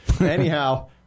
Anyhow